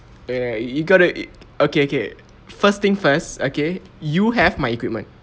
eh you got to okay okay first thing first okay you have my equipment